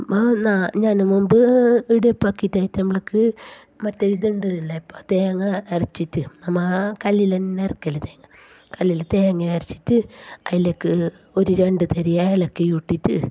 ഞാൻ മുമ്പ് ഇടിയപ്പം ആക്കിട്ടേബളക്ക് മറ്റേ ഇതുണ്ട് ഇല്ലേ പ്പ തേങ്ങ അരച്ചിട്ട് നമ്മൾ ആ കല്ലിൽ തന്നെ അരക്കൽ തേങ്ങ കല്ലിൽ തേങ്ങ അരച്ചിട്ട് അതിലേക്ക് ഒരു രണ്ടു തരി ഏലക്കയും ഇട്ടിട്ട്